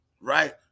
right